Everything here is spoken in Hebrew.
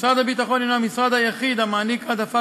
משרד הביטחון הוא המשרד היחיד המעניק העדפה